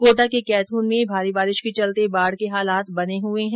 कोटा के कैथून में भारी बारिश के चलते बाढ के हालात बने हए है